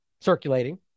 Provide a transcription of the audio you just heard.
circulating